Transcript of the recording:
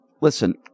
listen